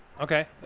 okay